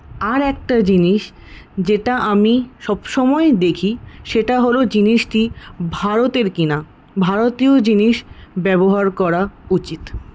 আর একটা জিনিস যেটা আমি সবসময় দেখি সেটা হল জিনিসটি ভারতের কিনা ভারতীয় জিনিস ব্যবহার করা উচিত